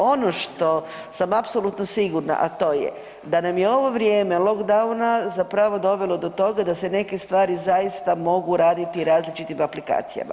Ono što sam apsolutno sigurna, a to je da nam je ovo vrijeme lockdowna zapravo dovelo do toga da se neke stvari zaista mogu raditi različitim aplikacijama.